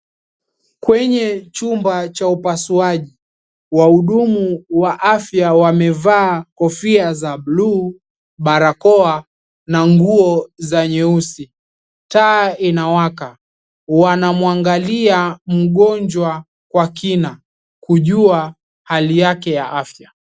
Kwenye chumba cha upasuaji, wahudumu wa afya wamevaa kofia za buluu, barakoa na nguo za nyeusi. Taa inawaka. Wanamuangalia mgonjwa kwa kina kujua hali yake ya afya.